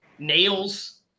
Nails